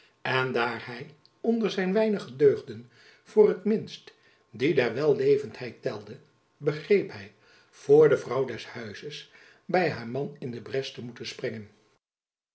en daar hy onder zijn weinige deugden voor t minst die der wellevendheid telde begreep hy voor de vrouw des huizes by haar man in de bres te moeten springen